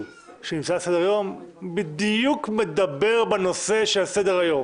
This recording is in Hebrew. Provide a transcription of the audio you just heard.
שנמצא על סדר-היום בדיוק מדבר בנושא שעל סדר-היום.